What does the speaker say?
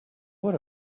would